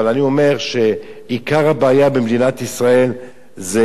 אבל אני אומר שעיקר הבעיה במדינת ישראל זה